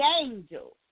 angels